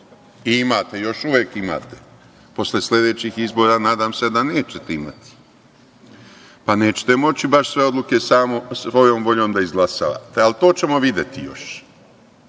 imate, još uvek imate, posle sledećih izbora nadam se da nećete imati, pa nećete moći baš sve odluke samo svojom voljom da izglasavate, ali, to ćemo videti još. To